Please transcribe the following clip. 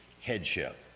headship